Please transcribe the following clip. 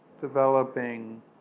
developing